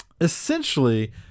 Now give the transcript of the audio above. Essentially